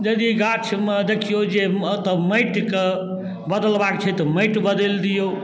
यदि गाछमे देखिऔ जे ओतऽ माटिके बदलबाके छै तऽ माटि बदलि दिऔ